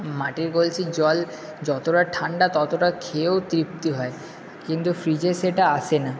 মাটির কলসির জল যতটা ঠান্ডা ততটা খেয়েও তৃপ্তি হয় কিন্তু ফ্রিজে সেটা আসে না